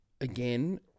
again